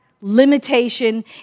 limitation